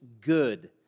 good